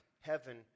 heaven